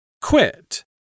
Quit